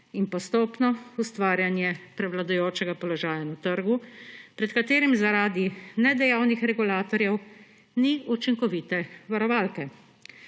in postopno ustvarjanje prevladujočega položaja na trgu, pred katerim zaradi nedejavnih regulatorjev ni učinkovite varovalke.